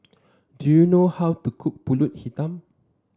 do you know how to cook pulut hitam